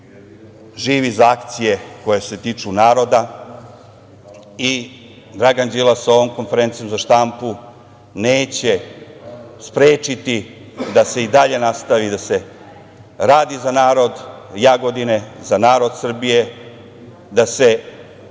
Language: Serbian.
živi za akcije koje se tiču naroda i Dragan Đilas ovom konferencijom za štampu neće sprečiti da se i dalje radi za narod Jagodine, za narod Srbije, da se